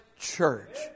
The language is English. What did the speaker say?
Church